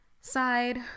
side